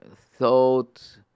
thought